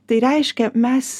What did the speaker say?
tai reiškia mes